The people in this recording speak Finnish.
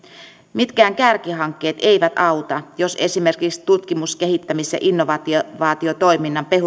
mitkään kärkihankkeet eivät auta jos esimerkiksi tutkimus kehittämis ja innovaatiotoiminnan